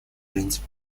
принцип